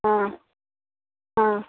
ಹಾಂ ಹಾಂ